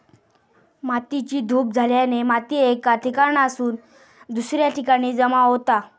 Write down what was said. मातेची धूप झाल्याने माती एका ठिकाणासून दुसऱ्या ठिकाणी जमा होता